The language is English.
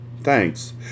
Thanks